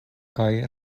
kaj